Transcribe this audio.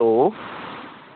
hello